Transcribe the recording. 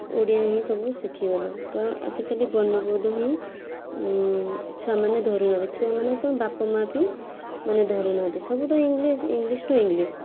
ଓଡ଼ିଆ ହିଁ ସବୁ ଶିଖିଗଲ ତ ଆଜିକାଲି ବର୍ଣ୍ଣବୋଧ ହିଁ ଛୁଆମାନେ ଧରୁ ନାହାଁନ୍ତି ଛୁଆମାନେ କ'ଣ ବାପା ମା' ବି ମାନେ ଧରୁନାହାଁନ୍ତି ସବୁ ତ ଇଂଲିସ୍ ଇଂଲିସ୍ ଟୁ ଇଂଲିସ୍